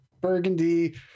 burgundy